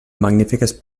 magnífiques